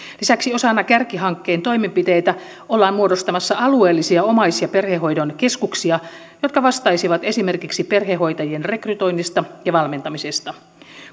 lisäksi osana kärkihankkeen toimenpiteitä ollaan muodostamassa alueellisia omais ja perhehoidon keskuksia jotka vastaisivat esimerkiksi perhehoitajien rekrytoinnista ja valmentamisesta